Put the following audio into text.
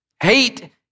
Hate